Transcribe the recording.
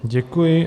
Děkuji.